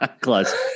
Close